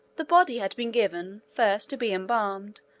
the body had been given, first, to be embalmed,